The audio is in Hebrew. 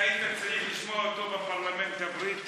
אתה היית צריך לשמוע אותו בפרלמנט הבריטי,